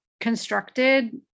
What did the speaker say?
constructed